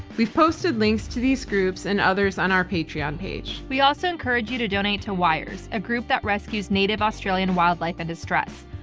we've posted links to these groups and others on our patreon page. we also encourage you to donate to wires, a group that rescues native australian wildlife in distress,